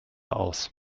aus